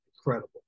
incredible